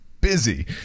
busy